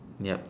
yup